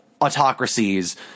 autocracies